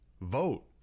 vote